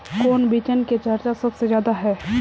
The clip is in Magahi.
कौन बिचन के चर्चा सबसे ज्यादा है?